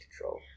control